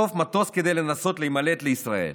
לחטוף מטוס כדי להימלט לישראל,